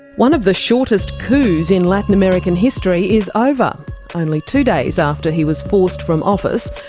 one of the shortest coups in latin american history is over. only two days after he was forced from office,